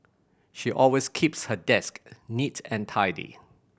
she always keeps her desk neat and tidy